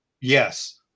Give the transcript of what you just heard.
yes